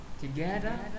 together